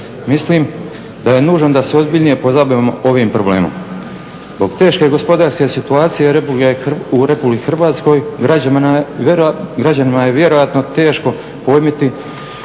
Mislim da je nužno da se ozbiljnije pozabavimo ovim problemom. Zbog teške gospodarske situacije u RH građanima je vjerojatno teško pojmiti